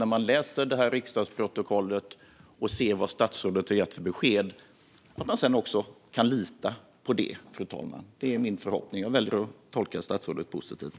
När man läser riksdagsprotokollet och ser vad statsrådet har gett för besked ska man sedan också kunna lita på det, fru talman. Det är min förhoppning. Jag väljer att tolka statsrådet positivt.